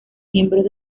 miembros